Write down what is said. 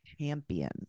Champion